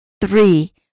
Three